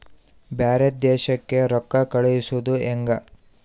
ಬ್ಯಾರೆ ದೇಶಕ್ಕೆ ರೊಕ್ಕ ಕಳಿಸುವುದು ಹ್ಯಾಂಗ?